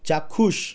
চাক্ষুষ